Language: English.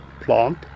Plant